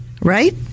right